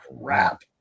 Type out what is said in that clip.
crap